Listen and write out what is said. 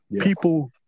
People